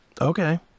okay